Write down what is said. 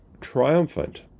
triumphant